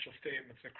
statements